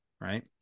right